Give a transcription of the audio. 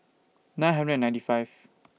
nine hundred and ninety five